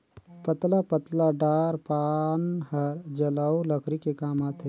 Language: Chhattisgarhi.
पतला पतला डार पान हर जलऊ लकरी के काम आथे